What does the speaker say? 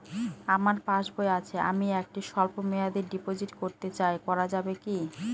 আমার পাসবই আছে আমি একটি স্বল্পমেয়াদি ডিপোজিট করতে চাই করা যাবে কি?